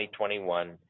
2021